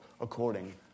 according